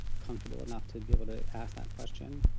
comfortable enough to be able to ask that question.